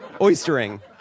Oystering